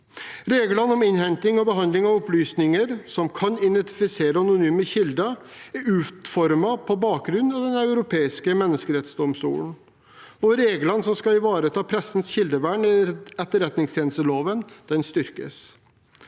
Reglene om innhenting og behandling av opplysninger som kan identifisere anonyme kilder, er utformet på bakgrunn av Den europeiske menneskerettsdomstol. Reglene som skal ivareta pressens kildevern i etterretningstjenesteloven, styrkes.